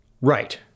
Right